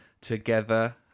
together